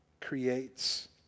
creates